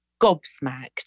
gobsmacked